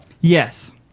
Yes